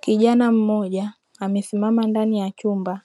Kijana mmoja amesimama ndani ya chumba